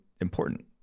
important